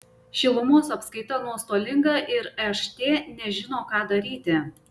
šilumos apskaita nuostolinga ir št nežino ką daryti